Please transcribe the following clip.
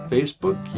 Facebook